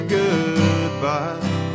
goodbye